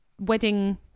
wedding